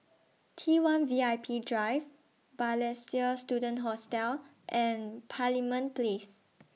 T one V I P Drive Balestier Student Hostel and Parliament